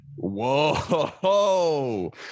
Whoa